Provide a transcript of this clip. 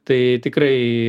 tai tikrai